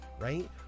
right